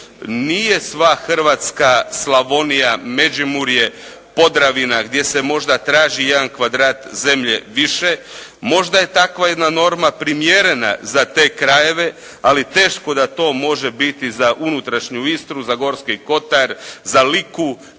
nije sva Hrvatska, Slavonija, Međimurje, Podravina gdje se možda traži jedan kvadrat zemlje više, možda je takva jedna norma primjerena za te krajeve, ali teško da to može biti za unutrašnju Istru, za Gorski Kotar, za Liku